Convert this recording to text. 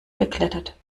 geklettert